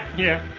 yeah,